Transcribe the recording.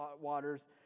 waters